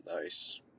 Nice